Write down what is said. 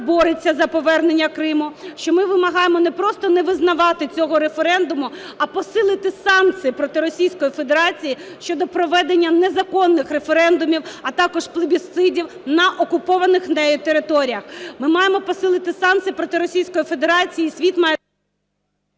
бореться за повернення Криму, що ми вимагаємо не просто не визнавати цього референдуму, а посилити санкції проти Російської Федерації щодо проведення незаконних референдумів, а також плебісцитів на окупованих нею територіях. Ми маємо посилити санкції проти Російської Федерації, і світ має…